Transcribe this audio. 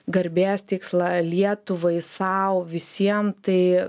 garbės tikslą lietuvai sau visiem tai